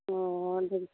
ꯑꯣ ꯑꯗꯨꯗꯤ